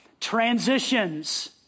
transitions